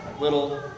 little